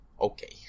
okay